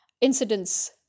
incidents